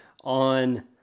on